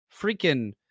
freaking